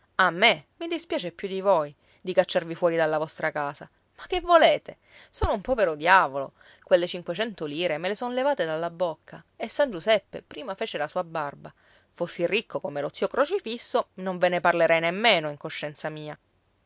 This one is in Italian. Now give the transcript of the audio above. a me mi dispiace più di voi di cacciarvi fuori dalla vostra casa ma che volete sono un povero diavolo quelle cinquecento lire me le son levate dalla bocca e san giuseppe prima fece la sua barba fossi ricco come lo zio crocifisso non ve ne parlerei nemmeno in coscienza mia